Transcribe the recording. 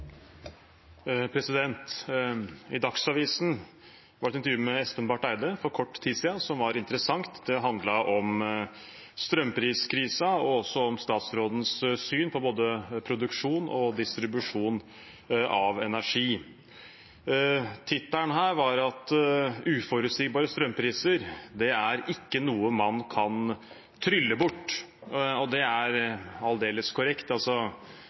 I Dagsavisen var det for kort tid siden et intervju med Espen Barth Eide som var interessant. Det handlet om strømpriskrisen og statsrådens syn på både produksjon og distribusjon av energi. Tittelen handlet om at uforutsigbare strømpriser ikke er noe man kan trylle bort, og det er aldeles korrekt.